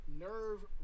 nerve